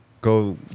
go